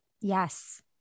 Yes